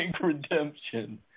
Redemption